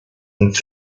and